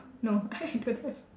no I don't have